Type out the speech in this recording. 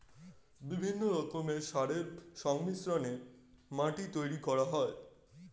বিভিন্ন রকমের সারের সংমিশ্রণে মাটি তৈরি করা হয়